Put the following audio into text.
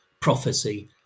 prophecy